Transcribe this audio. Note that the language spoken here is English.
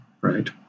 right